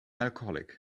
alcoholic